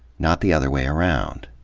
not the other way around.